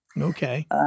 Okay